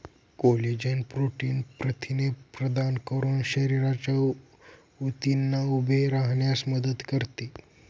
collagen protein प्रथिने प्रदान करून शरीराच्या ऊतींना उभे राहण्यास मदत करते